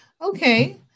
okay